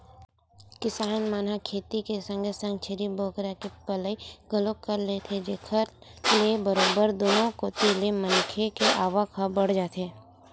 किसान मन ह खेती के संगे संग छेरी बोकरा के पलई घलोक कर लेथे जेखर ले बरोबर दुनो कोती ले मनखे के आवक ह बड़ जाथे